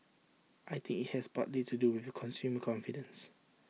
I think IT has partly to do with consumer confidence